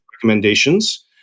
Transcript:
recommendations